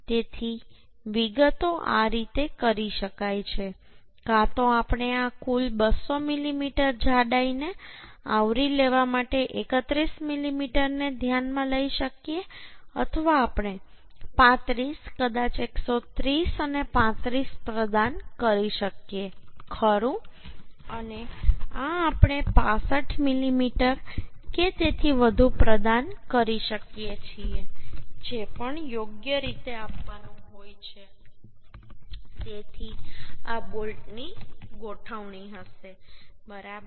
તેથી વિગતો આ રીતે કરી શકાય છે કાં તો આપણે આ કુલ 200 મીમી જાડાઈને આવરી લેવા માટે 31 મિલીમીટરને ધ્યાનમાં લઈ શકીએ અથવા આપણે 35 કદાચ 130 અને 35 પ્રદાન કરી શકીએ ખરું અને આ આપણે 65 મીમી કે તેથી વધુ પ્રદાન કરી શકીએ છીએ જે પણ યોગ્ય રીતે આપવાનું હોય તેથી આ બોલ્ટની ગોઠવણી હશે બરાબર